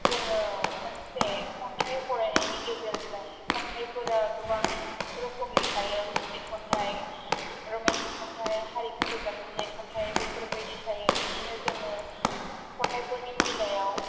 जोङो मोनसे खन्थाइ फरायनायनि गेजेरजों खन्थाइफोरा गोबां रोखोमनि थायो मिस्थख खन्थाइ रमान्थिक खन्थाइ हारि फोजाखांनाय खन्थाइ बेफोर बाइदि थायो बिदिनो जोङो खन्थाइफोरनि बेलायाव